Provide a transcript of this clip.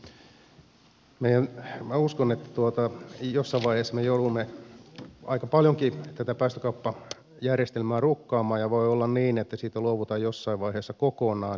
minä uskon että jossain vaiheessa me joudumme aika paljonkin tätä päästökauppajärjestelmää rukkaamaan ja voi olla niin että siitä luovutaan jossain vaiheessa kokonaan